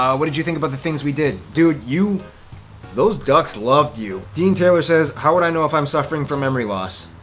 um what did you think about the things we did? dude, those ducks loved you. dean taylor says, how would i know if i'm suffering from memory loss?